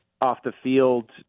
off-the-field